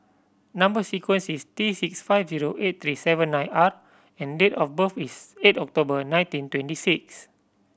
number sequence is T six five zero eight three seven nine R and date of birth is eight October nineteen twenty six